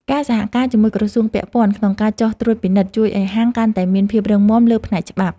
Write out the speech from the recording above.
ការសហការជាមួយក្រសួងពាក់ព័ន្ធក្នុងការចុះត្រួតពិនិត្យ ជួយឱ្យហាងកាន់តែមានភាពរឹងមាំលើផ្នែកច្បាប់។